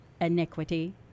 iniquity